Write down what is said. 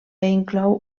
inclou